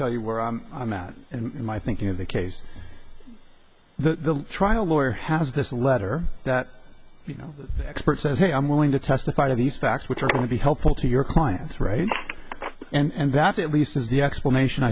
tell you where i'm at in my thinking of the case the trial lawyer has this letter that you know the expert says hey i'm willing to testify to these facts which are going to be helpful to your client's right and that's at least as the explanation